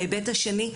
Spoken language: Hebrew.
ההיבט השני,